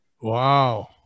Wow